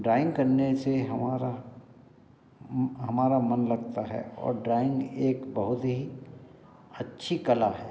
drawing करने से हमारा हमारा मन लगता है और ड्राइंग एक बहुत ही अच्छी कला है